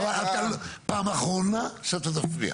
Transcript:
פעם אחרונה שאתה תפריע.